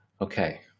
okay